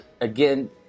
again